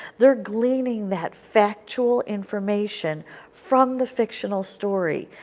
they are gleaning that factual information from the fictional story,